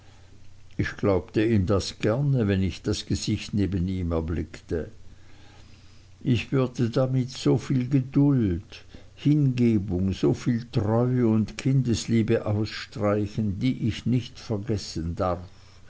ich glaubte ihm das gerne wenn ich das gesicht neben ihm anblickte ich würde damit so viel geduld hingebung soviel treue und kindesliebe ausstreichen die ich nicht vergessen darf